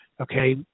Okay